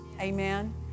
Amen